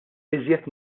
iżjed